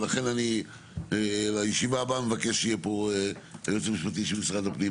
לכן אני לישיבה הבאה מבקש שיהיה פה היועץ המשפטי של משרד הפנים.